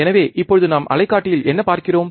எனவே இப்போது நாம் அலைக்காட்டியில் என்ன பார்க்கிறோம்